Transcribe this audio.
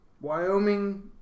Wyoming